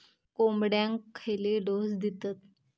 कोंबड्यांक खयले डोस दितत?